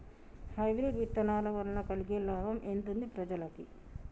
Hybrid విత్తనాల వలన కలిగే లాభం ఎంతుంది ప్రజలకి?